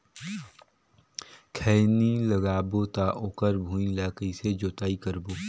खैनी लगाबो ता ओकर भुईं ला कइसे जोताई करबो?